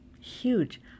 huge